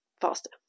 faster